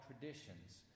traditions